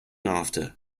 after